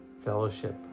fellowship